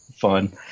fun